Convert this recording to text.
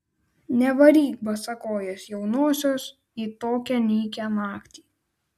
nevaryk basakojės jaunosios į tokią nykią naktį